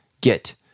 get